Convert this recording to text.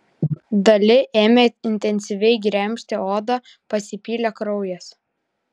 dali ėmė intensyviai gremžti odą pasipylė kraujas